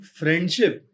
friendship